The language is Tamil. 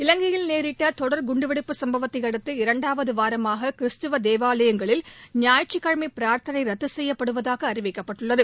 இலங்கையில் நேரிட்ட தொடர் குண்டுவெடிப்பு சும்பவத்தை அடுத்து இரண்டாவது வாரமாக கிறிஸ்துவ தேவாலயங்களில் ஞாயிற்றுக்கிழமை பிரார்த்தனை ரத்து செய்யப்படுவதாக அறிவிக்கப்பட்டுள்ளது